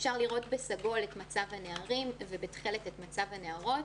אפשר לראות בסגול את מצב הנערים ובתכלת את מצב הנערות.